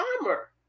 armor